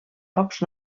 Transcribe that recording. pocs